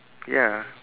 ya